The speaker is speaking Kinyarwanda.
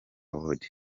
award